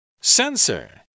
Sensor